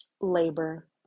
Labor